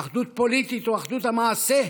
אחדות פוליטית או אחדות המעשה,